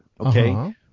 okay